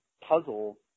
puzzle